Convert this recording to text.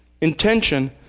intention